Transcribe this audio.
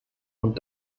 und